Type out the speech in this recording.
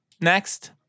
next